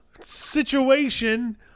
situation